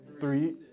three